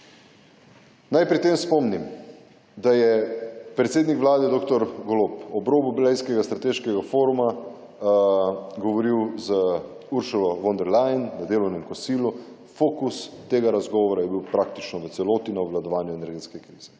Naj pri tem spomnim, da je predsednik Vlade, dr. Golob, ob robu blejskega strateškega foruma, govoril z Uršulo von der Leyen, na delovnem kosilu. Fokus tega razgovora je bil praktično v celoti na obvladovanju energetske krize.